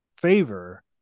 favor